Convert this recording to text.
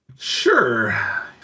Sure